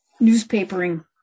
newspapering